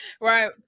Right